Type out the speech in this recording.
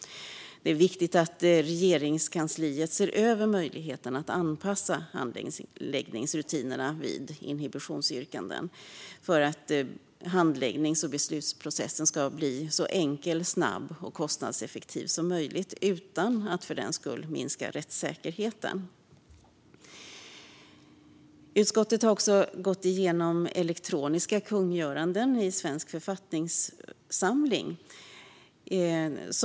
Det är viktigt att Regeringskansliet ser över möjligheten att anpassa handläggningsrutinerna för inhibitionsyrkanden för att handläggnings och beslutsprocessen ska bli så enkel, snabb och kostnadseffektiv som möjligt utan att för den skull minska rättssäkerheten. Utskottet har också gått igenom elektroniska kungöranden i Svensk författningssamling.